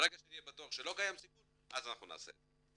ברגע שאני אהיה בטוח שלא קיים סיכון אז אנחנו נעשה את זה.